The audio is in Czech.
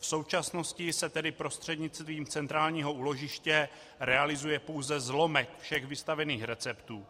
V současnosti se tedy prostřednictvím centrálního úložiště realizuje pouze zlomek všech vystavených receptů.